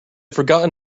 forgotten